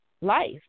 life